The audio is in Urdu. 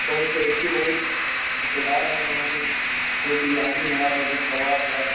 بہت ٹیسٹی بہت مزے دار ہے یہاں سے جو بریانی ہے مٹن کباب ہے